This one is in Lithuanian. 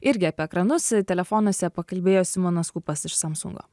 irgi apie ekranus telefonuose pakalbėjo simonas skupas iš samsungo